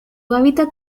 hábitat